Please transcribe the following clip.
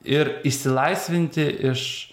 ir išsilaisvinti iš